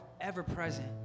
ever-present